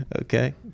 Okay